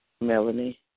Melanie